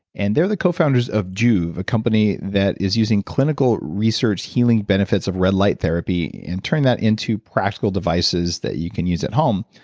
and they're the co-founders of joovv, a company that is using clinical research healing benefits of red light therapy and turn that into practical devices that you can use at home.